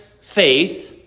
faith